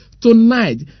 Tonight